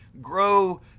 grow